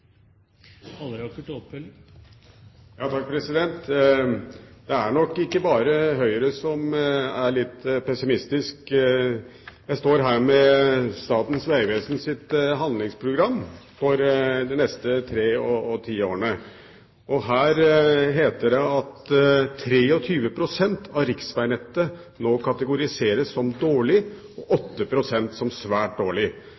Det er nok ikke bare Høyre som er litt pessimistisk. Jeg står her med Statens vegvesens handlingsprogram for de neste tre og ti årene. Her heter det at 23 pst. av riksvegnettet nå kategoriseres som dårlig og 8 pst. som svært dårlig.